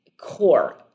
core